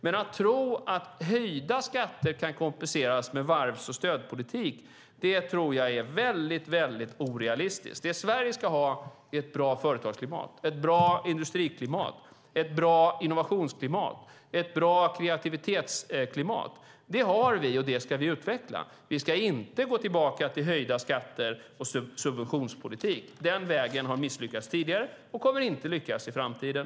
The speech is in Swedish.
Men att tro att höjda skatter kan kompenseras med varvs och stödpolitik tror jag är väldigt orealistiskt. Det Sverige ska ha är ett bra företagsklimat, ett bra industriklimat, ett bra innovationsklimat och ett bra kreativitetsklimat. Det har vi och det ska vi utveckla. Vi ska inte gå tillbaka till höjda skatter och subventionspolitik. Den vägen har misslyckats tidigare och kommer inte att lyckas i framtiden.